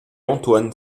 antoine